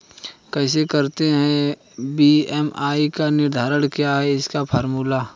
कैसे करते हैं बी.एम.आई का निर्धारण क्या है इसका फॉर्मूला?